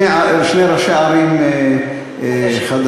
שני ראשי ערים חדשים,